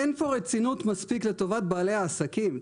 אין פה רצינות מספיק לטובת בעלי העסקים.